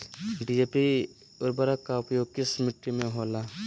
DAP उर्वरक का प्रयोग किस मिट्टी में होला?